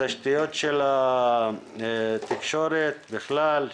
התשתיות של התקשורת בכלל,